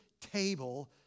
table